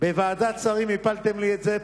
בוועדת שרים הפלתם לי את זה.